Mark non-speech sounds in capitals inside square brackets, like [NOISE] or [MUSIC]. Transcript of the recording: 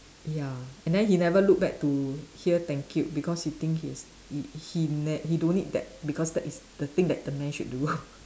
ya and then he never look back to hear thank you because he think he is he he ne~ he don't need that because that is the thing that the man should do [LAUGHS]